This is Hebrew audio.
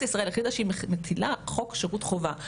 ישראל החליטה שהיא מחילה חוק שירות חובה.